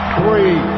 three